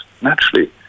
naturally